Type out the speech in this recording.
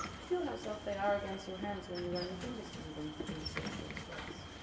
feel how soft they are against your hands when you run your fingers through them the researcher instructs.